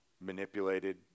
manipulated